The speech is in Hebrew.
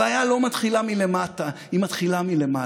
הבעיה לא מתחילה מלמטה, היא מתחילה מלמעלה,